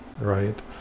right